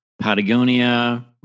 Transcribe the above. Patagonia